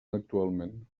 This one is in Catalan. actualment